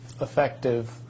effective